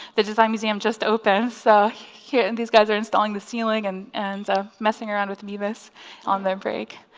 the design museum just opened so here and these guys are installing the ceiling and and ah messing around with mimus on on their break.